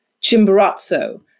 Chimborazo